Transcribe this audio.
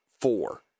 four